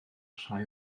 rhai